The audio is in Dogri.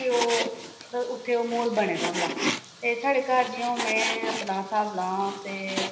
फ्ही ओह् उत्थें ओह् म्हौल बने दा होंदा ते साढ़े घर जियां ओह् में अपना स्हाब लां ते